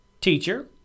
Teacher